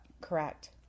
Correct